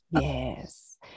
yes